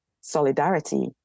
Solidarity